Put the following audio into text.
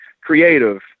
creative